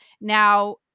Now